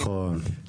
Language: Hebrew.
נכון.